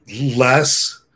less